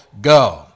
go